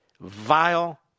vile